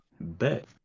bet